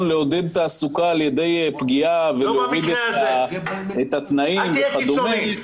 לעודד תעסוקה על ידי פגיעה בתנאים וכדומה.